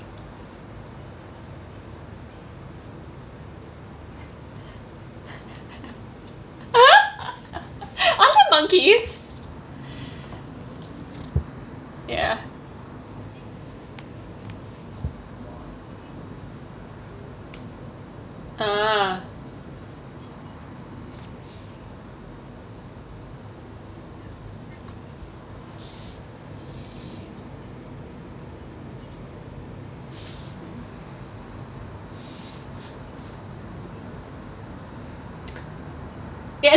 aren't there monkeys ya ah